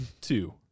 two